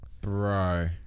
bro